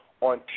on